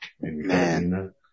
man